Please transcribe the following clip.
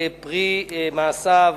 פרי מעשיו